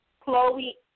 Chloe